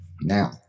Now